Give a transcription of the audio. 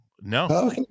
no